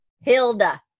Hilda